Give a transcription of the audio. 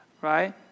right